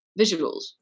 visuals